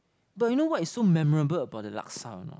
but you know what is so memorable about that laksa or not